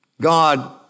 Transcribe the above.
God